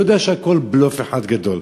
הוא יודע שהכול בלוף אחד גדול.